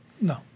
no